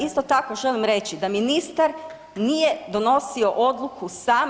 Isto tako želim reći da ministar nije donosio odluku sam.